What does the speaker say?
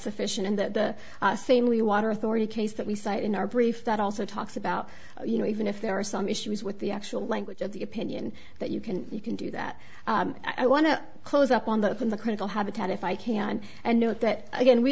sufficient in the same we water authority case that we cite in our brief that also talks about you know even if there are some issues with the actual language of the opinion that you can you can do that i want to close up on that in the critical habitat if i can and note that again we